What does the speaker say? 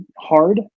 hard